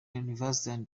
university